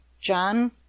John